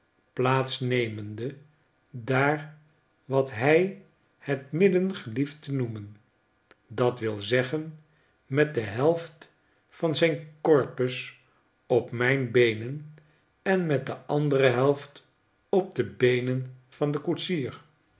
nemende daar wat hij het midden gelieft te noemen dat wil zeggen met de helft van zijn corpus opmijnbeenen en met de andere helft op de beenen van den koetsier